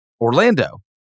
Orlando